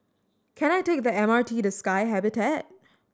can I take the M R T to Sky Habitat